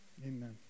amen